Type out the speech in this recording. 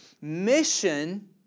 Mission